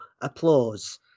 applause